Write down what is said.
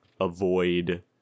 avoid